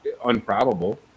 unprobable